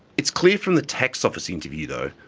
it's clear from the tax office interview, though,